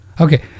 Okay